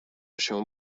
się